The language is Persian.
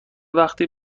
وقتی